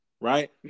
right